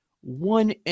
one